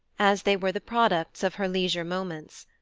as they were the products of her leisure moments.